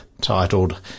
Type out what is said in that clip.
titled